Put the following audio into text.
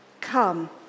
Come